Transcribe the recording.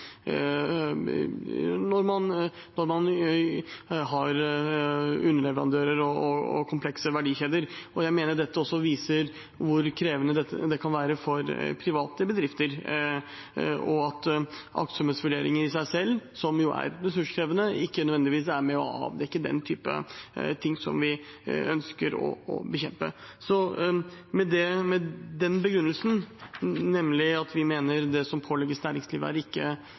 når man har underleverandører og komplekse verdikjeder. Jeg mener dette også viser hvor krevende det kan være for private bedrifter, og at aktsomhetsvurderinger i seg selv, som jo er ressurskrevende, ikke nødvendigvis er med på å avdekke den type ting som vi ønsker å bekjempe. Så med den begrunnelsen, nemlig at vi mener det som pålegges næringslivet her, ikke